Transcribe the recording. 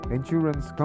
Insurance